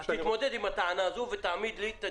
אז יש תקציב לכל קו חלוקה שקיים יש